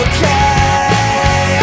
Okay